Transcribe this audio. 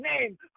name